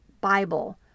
Bible